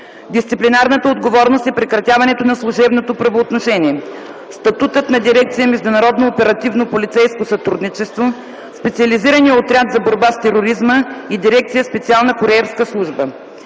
дисциплинарната отговорност и прекратяването на служебното правоотношение; - статутът на дирекция „Международно оперативно полицейско сътрудничество”, „Специализирания отряд за борба с тероризма” и дирекция „Специална куриерска служба”;